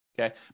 okay